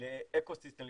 לאקו סיסטם,